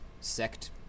sect